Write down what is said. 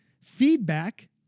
feedback